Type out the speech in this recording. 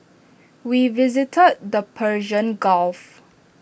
we visited the Persian gulf